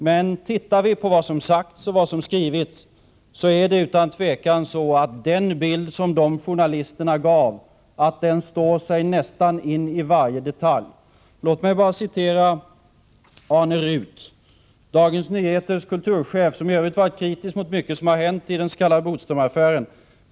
Men om vi ser till vad som sagts och skrivits är det utan tvivel så, att den bild som dessa journalister gav står sig nästan in i varje detalj. Låt mig bara hänvisa till Arne Ruth, Dagens Nyheters kulturchef, som i Övrigt varit kritisk mot mycket som hänt i den s.k. Bodströmaffären.